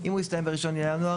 אם הוא יסתיים ב-1 בינואר,